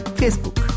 facebook